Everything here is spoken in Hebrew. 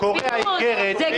אם היית רואה עדר כבשים,